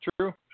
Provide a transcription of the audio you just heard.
True